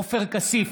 עופר כסיף,